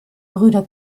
brüder